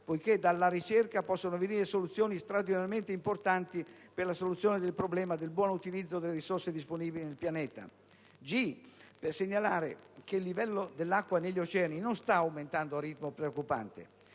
poiché dalla ricerca possono venire soluzioni straordinariamente importanti per risolvere il problema del buon utilizzo delle risorse disponibili nel pianeta. In settimo luogo, occorre segnalare che il livello dell'acqua negli oceani non sta aumentando a ritmo preoccupante;